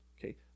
okay